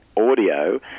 audio